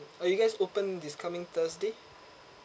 are you guys open this coming thursday